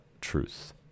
truth